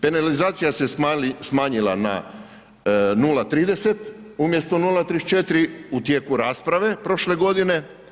Penalizacija se smanjila na 0,30 umjesto 0,34 u tijeku rasprave prošle godine.